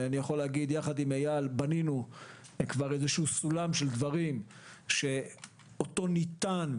ביחד עם איל בן ראובן בנינו כבר איזשהו סולם של דברים שאותו ניתן,